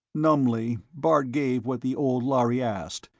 numbly, bart gave what the old lhari asked,